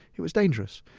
it was dangerous.